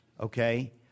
Okay